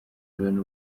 loni